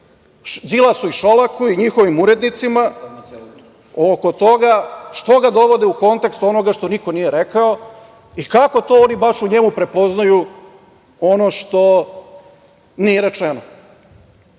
Đilasu i Šolaku i njihovim urednicima oko toga što ga dovode u kontekst onoga što niko nije rekao i kako to oni baš u njemu prepoznaju ono što nije